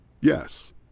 Yes